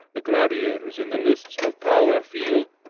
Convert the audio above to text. the gladiators in the lists of power feel,